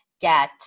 get